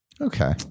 Okay